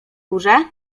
górze